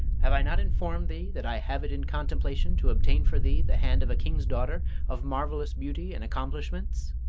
have i not informed thee that i have it in contemplation to obtain for thee the hand of a king's daughter of marvellous beauty and accomplishments?